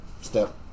step